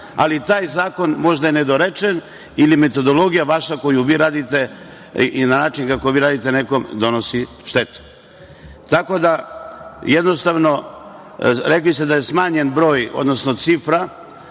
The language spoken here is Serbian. ali taj zakon možda je nedorečen ili metodologija vaša koju vi radite i način kako vi radite nekom donosi štetu. Jednostavno, rekli ste da je smanjen broj, odnosno cifra.